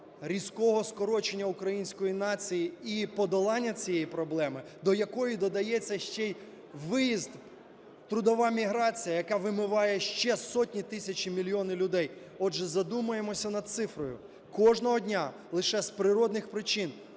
різкого скорочення української нації і подолання цієї проблеми, до якої додається ще й виїзд, трудова міграція, яка вимиває ще сотні, тисячі, мільйони людей. Отже, задумаємося над цифрою. Кожного дня лише з природних причин